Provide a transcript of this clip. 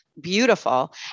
beautiful